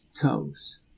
toes